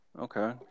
Okay